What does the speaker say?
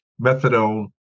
methadone